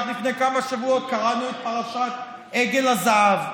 רק לפני כמה שבועות קראנו את פרשת עגל הזהב.